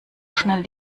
schnell